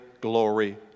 glory